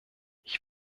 ich